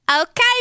Okay